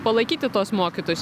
palaikyti tuos mokytojus